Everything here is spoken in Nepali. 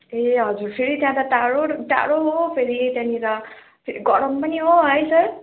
ए हजुर फेरि त्यहाँ त टाढो टाढो हो फेरि त्यहाँनेर फेरि गरम पनि हो है सर